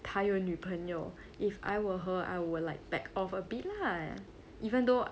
他有女朋友 if I were her I will like back off a bit lah even though